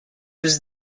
was